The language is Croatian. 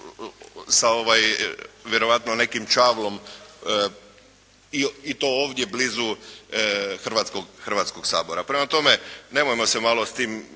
sa vjerojatno nekim čavlom i to ovdje blizu Hrvatskoga sabora. Prema tome nemojmo se malo s tim